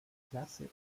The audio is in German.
klasse